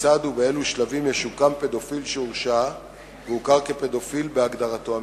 כיצד ובאילו שלבים ישוקם פדופיל שהורשע והוכר כפדופיל בהגדרתו המשפטית.